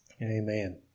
Amen